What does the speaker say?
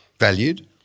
Valued